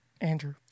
Andrew